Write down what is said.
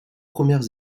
premières